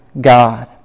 God